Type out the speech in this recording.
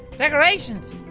decorations!